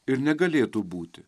ir negalėtų būti